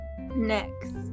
Next